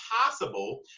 possible